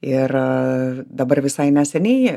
ir dabar visai neseniai